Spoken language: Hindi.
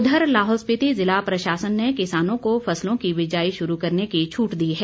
उधर लाहौल स्पीति जिला प्रशासन ने किसानों को फसलों की बिजाई शुरू करने की छूट दी है